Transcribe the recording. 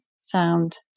sound